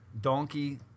donkey